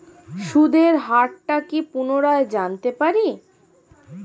সুদের হার টা কি পুনরায় জানতে পারি?